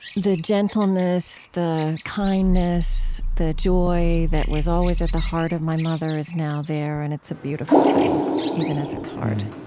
the gentleness, the kindness, the joy that was always at the heart of my mother is now there, and it's a beautiful thing even as it's hard.